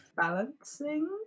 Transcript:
Balancing